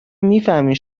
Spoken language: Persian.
میفهمین